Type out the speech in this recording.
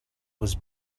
was